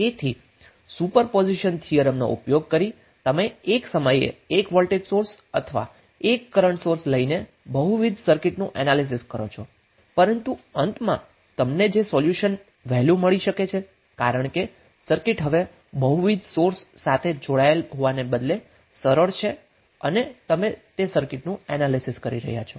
તેથી superposition થિયરમનો ઉપયોગ કરી તમે એક સમયે 1 વોલ્ટેજ સોર્સ અથવા 1 કરન્ટ સોર્સ લઈને બહુવિધ સર્કિટનું એનાલીસીસ કરો છો પરંતુ અંતમાં તમને સોલ્યુશન ખૂબ વહેલું મળી શકે છે કારણ કે સર્કિટ હવે બહુવિધ સોર્સ સાથે જોડાયેલા હોવાને બદલે સરળ છે અને તમે તે સર્કિટનું એનાલીસીસ કરી રહ્યા છો